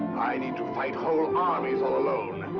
i need to fight whole armies all alone!